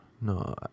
No